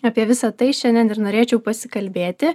apie visa tai šiandien ir norėčiau pasikalbėti